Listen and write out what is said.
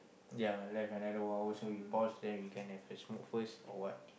yeah left another one hour so we pause then we can have a smoke first or what